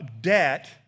debt